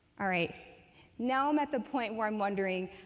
all right, now i'm at the point where i'm wondering,